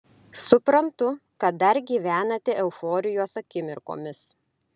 suprantu kad dar gyvenate euforijos akimirkomis